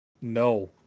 No